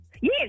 Yes